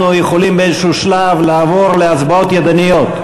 יכולים באיזשהו שלב לעבור להצבעות ידניות.